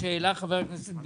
חבר הכנסת ביטון,